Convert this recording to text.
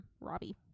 Robbie